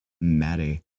Maddie